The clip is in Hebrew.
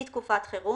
היא תקופת חירום,